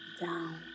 down